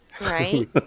Right